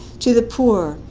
to the poor,